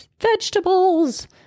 vegetables